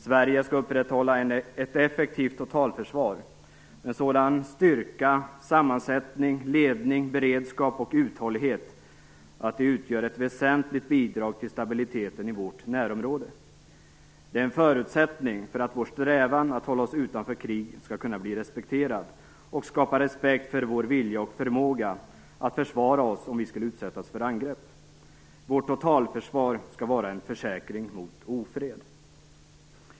Sverige skall upprätthålla ett effektivt totalförsvar med en sådan styrka, sammansättning, ledning, beredskap och uthållighet att det utgör ett väsentligt bidrag till stabiliteten i vårt närområde. Det är en förutsättning för att vår strävan att hålla oss utanför krig skall kunna bli respekterad och skapa respekt för vår vilja och förmåga att försvara oss om vi skulle utsättas för angrepp. Vårt totalförsvar skall vara en försäkring mot ofred.